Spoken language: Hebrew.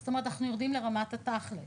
זאת אומרת, אנחנו יורדים לרמת התכלס.